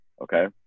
Okay